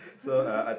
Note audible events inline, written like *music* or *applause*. *laughs*